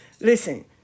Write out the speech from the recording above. Listen